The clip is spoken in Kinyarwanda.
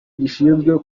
gishinzwe